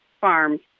farms